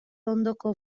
ondoko